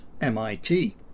MIT